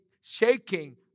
shaking